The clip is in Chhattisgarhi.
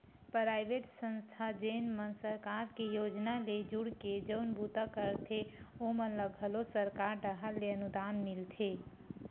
पराइवेट संस्था जेन मन सरकार के योजना ले जुड़के जउन बूता करथे ओमन ल घलो सरकार डाहर ले अनुदान मिलथे